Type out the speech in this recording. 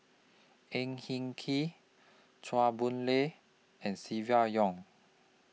Ang Hin Kee Chua Boon Lay and Silvia Yong